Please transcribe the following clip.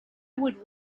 would